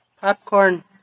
popcorn